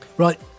Right